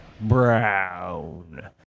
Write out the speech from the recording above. Brown